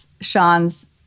Sean's